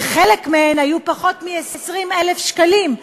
וחלק מהן היו פחות מ-20,000 שקלים,